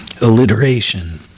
alliteration